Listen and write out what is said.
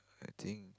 I think